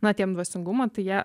na tiem dvasingumo tai jie